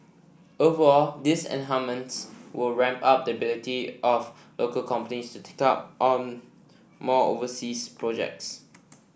overall these will ramp up the ability of local companies to take on more overseas projects